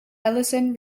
ellison